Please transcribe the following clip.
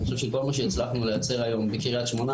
אני חושב שכל מה שהצלחנו לייצר היום בקריית שמונה,